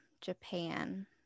Japan